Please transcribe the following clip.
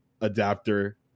adapter